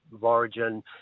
origin